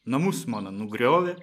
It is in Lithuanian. namus mano nugriovė